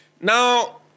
Now